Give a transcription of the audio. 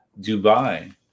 Dubai